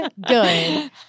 good